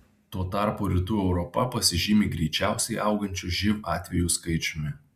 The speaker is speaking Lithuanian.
tuo tarpu rytų europa pasižymi greičiausiai augančiu živ atvejų skaičiumi